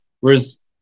Whereas